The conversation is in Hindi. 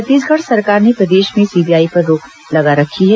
छत्तीसगढ़ सरकार ने प्रदेश में सीबीआई पर रोक लगा रखी है